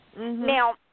Now